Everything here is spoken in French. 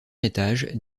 étage